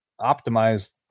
optimize